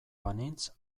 banintz